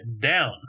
down